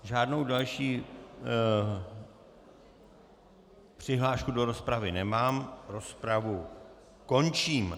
Žádnou další přihlášku do rozpravy nemám, rozpravu končím.